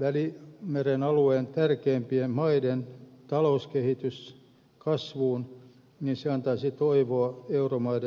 välimeren alueen tärkeimpien maiden talouskehitys kasvuun niin se antaisi toivoa euromaiden tulevaisuudelle